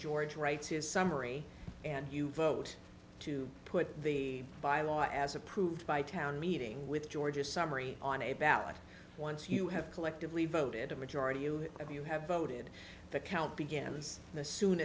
george writes his summary and you vote to put the bylaw as approved by town meeting with georgia summary on a ballot once you have collectively voted a majority you have you have voted the count begins the soon